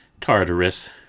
Tartarus